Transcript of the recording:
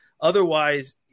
otherwise